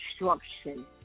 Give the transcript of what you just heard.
instruction